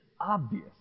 obvious